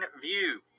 view